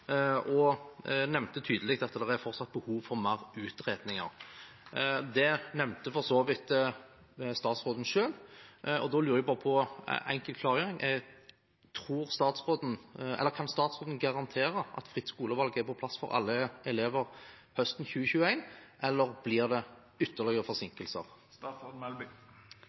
han nevnte tydelig at det fortsatt er behov for flere utredninger. Det nevnte for så vidt også statsråden selv, og da lurer jeg på: Kan statsråden garantere at fritt skolevalg er på plass for alle elever høsten 2021, eller blir det ytterligere forsinkelser?